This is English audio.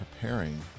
preparing